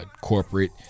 corporate